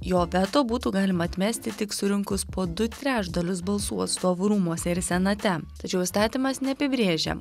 jo veto būtų galima atmesti tik surinkus po du trečdalius balsų atstovų rūmuose ir senate tačiau įstatymas neapibrėžia